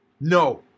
no